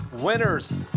Winners